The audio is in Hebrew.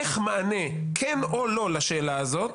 איך מענה כן או לא לשאלה הזאת